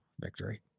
Victory